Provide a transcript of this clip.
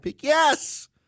Yes